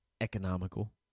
economical